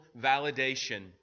validation